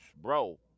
bro